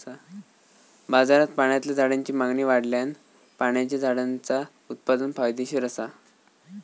बाजारात पाण्यातल्या झाडांची मागणी वाढल्यान पाण्याच्या झाडांचा उत्पादन फायदेशीर असा